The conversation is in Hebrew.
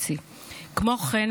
כמו כן,